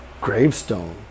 gravestone